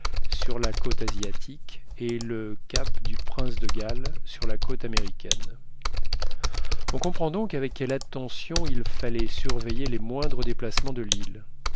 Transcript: sur la côte asiatique et le cap du prince de galles sur la côte américaine on comprend donc avec quelle attention il fallait surveiller les moindres déplacements de l'île